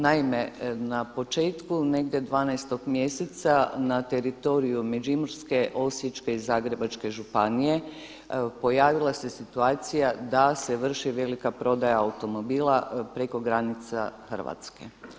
Naime, na početku negdje 12. mjeseca na teritoriju Međimurske, Osječke i Zagrebačke županije pojavila se situacija da se vrši velika prodaja automobila preko granica Hrvatske.